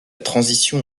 transition